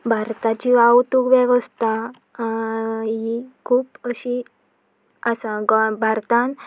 भारताची वावतूक वेवस्था ही खूब अशी आसा गोंया भारतान